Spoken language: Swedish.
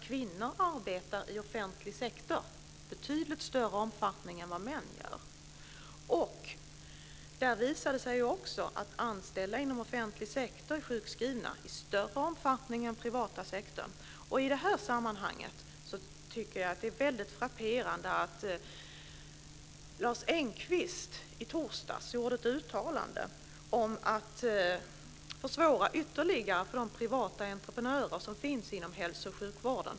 Kvinnor arbetar också i betydligt större omfattning än män i offentlig sektor. Det visar sig att anställda inom offentlig sektor är sjukskrivna i större omfattning än inom den privata sektorn. Därför tycker jag att det är frapperande att Lars Engqvist i torsdags gjorde ett uttalande om att ytterligare försvåra för de privata entreprenörer som finns inom hälsooch sjukvården.